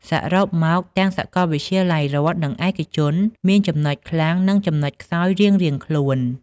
សរុបមក ទាំងសាកលវិទ្យាល័យរដ្ឋ និងឯកជនមានចំណុចខ្លាំងនិងចំណុចខ្សោយរៀងៗខ្លួន។